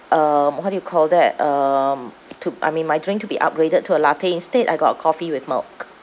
um what do you call that um to I mean my drink to be upgraded to a latte instead I got a coffee with milk